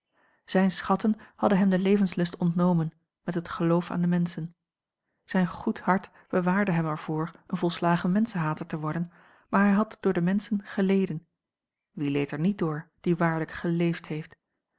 zijne schatten hadden hem den levenslust ontnomen met het geloof aan de menschen zijn goed hart bewaarde hem er voor een volslagen menschenhater te worden maar hij had door de menschen geleden wie leed er niet door die waarlijk geleefd heeft